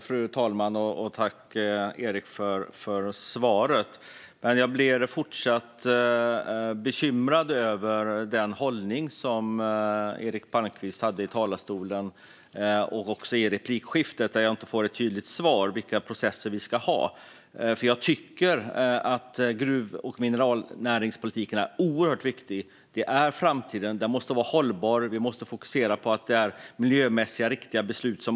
Fru talman! Tack, Eric, för svaret! Jag är fortsatt bekymrad över Eric Palmqvists hållning i talarstolen och också i replikskiftet, där jag inte får något tydligt svar när det gäller vilka processer vi ska ha. Jag tycker att gruv och mineralnäringspolitiken är oerhört viktig. Den är framtiden. Den måste vara hållbar, och vi måste fokusera på att det fattas miljömässigt riktiga beslut.